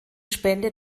spende